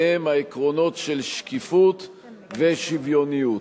והם העקרונות של שקיפות ושוויוניות.